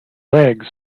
legs